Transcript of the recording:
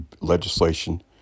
legislation